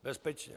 Bezpečně.